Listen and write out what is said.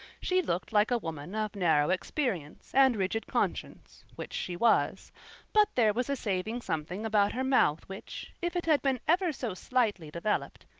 she looked like a woman of narrow experience and rigid conscience, which she was but there was a saving something about her mouth which, if it had been ever so slightly developed,